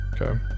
Okay